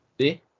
See